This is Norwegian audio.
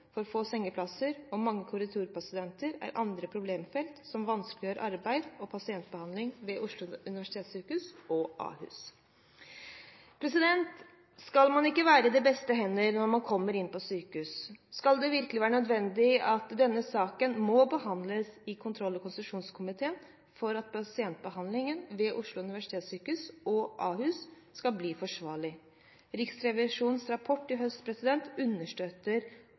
for få sengeplasser og mange korridorpasienter er andre problemfelt som vanskeliggjør arbeidet og pasientbehandlingen ved OUS og Ahus. Skal man ikke være i de beste hender når man kommer inn på sykehus? Skal det virkelig være nødvendig at denne saken må behandles i kontroll- og konstitusjonskomiteen for at pasientbehandlingen ved OUS og Ahus skal bli forsvarlig? Riksrevisjonens rapport i høst understøtter